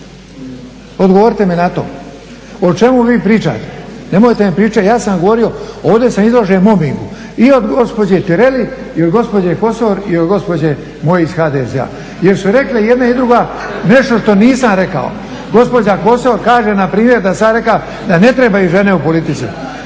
Odgovorite mi na to. O čemu vi pričate? Nemojte mi pričati. Ja sam govorio, ovdje sam izložen mobingu i od gospođe Tireli i od gospođe Kosor i od gospođe moje iz HDZ-a jer su rekle jedna i druga nešto što nisam rekao. Gospođa Kosor kaže npr. da sam ja rekao da ne trebaju žene u politici.